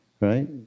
right